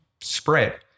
spread